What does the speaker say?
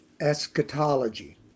eschatology